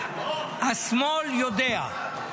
השמאל יודע.